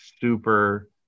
super